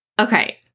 Okay